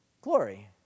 glory